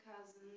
cousins